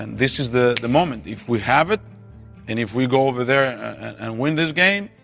and this is the the moment. if we have it, and if we go over there and win this game,